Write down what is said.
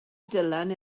dylan